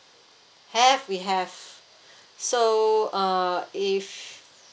have we have so uh if